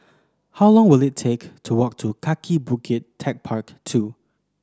how long will it take to walk to Kaki Bukit Techpark Two